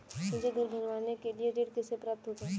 मुझे घर बनवाने के लिए ऋण कैसे प्राप्त होगा?